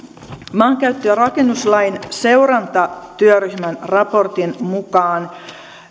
maankäyttö ja rakennuslain seurantatyöryhmän raportin mukaan